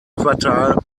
quartal